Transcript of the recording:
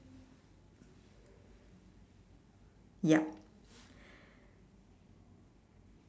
yup